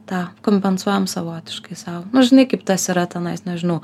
tą kompensuojam savotiškai sau nu žinai kaip tas yra tenais nežinau